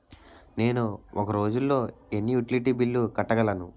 నేను ఒక రోజుల్లో ఎన్ని యుటిలిటీ బిల్లు కట్టగలను?